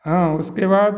हाँ उसके बाद